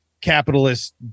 capitalist